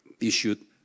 issued